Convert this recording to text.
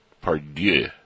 Pardieu